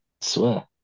Swear